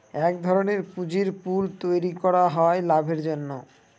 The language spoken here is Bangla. এক ধরনের পুঁজির পুল তৈরী করা হয় লাভের জন্য